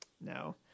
No